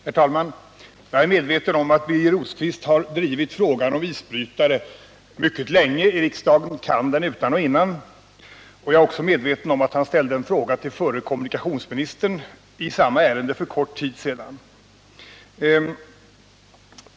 Herr talman! Jag är medveten om att Birger Rosqvist har drivit frågan om isbrytare mycket länge i riksdagen och kan den utan och innan. Jag är också medveten om att han ställde en fråga till förre kommunikationsministern i samma ärende för kort tid sedan.